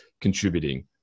contributing